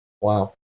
Wow